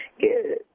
Good